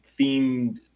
themed